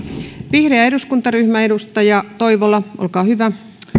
vihreä eduskuntaryhmä edustaja toivola olkaa hyvä